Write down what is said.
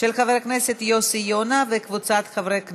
של חבר הכנסת יוסי יונה וקבוצת חברי הכנסת.